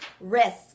risk